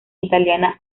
italiana